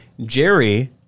Jerry